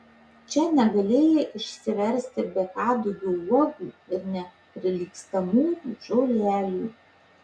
čia negalėjai išsiversti be kadugio uogų ir neprilygstamųjų žolelių